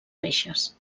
reixes